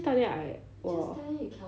let me just tell them I !wah!